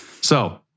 So-